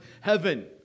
heaven